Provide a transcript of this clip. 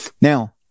now